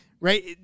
Right